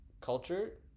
culture